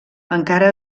encara